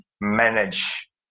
manage